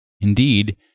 Indeed